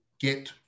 get